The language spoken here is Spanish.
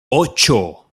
ocho